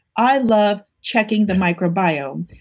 i loved checking the microbiome.